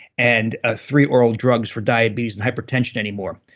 and ah three oral drugs for diabetes and hypertension anymore.